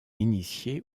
initié